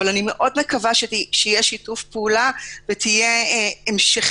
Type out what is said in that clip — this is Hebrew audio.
אבל אני מאוד מקווה שיהיה שיתוף פעולה ותהיה המשכיות